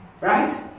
Right